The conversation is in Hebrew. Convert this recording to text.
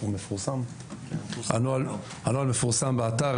הנוהל מפורסם באתר.